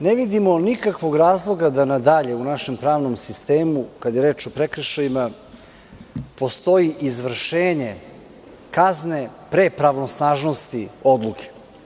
Ne vidimo nikakvog razloga da nadalje u našem pravnom sistemu kada je reč o prekršajima postoji izvršenje kazne pre pravosnažnosti odluke.